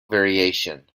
variation